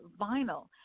vinyl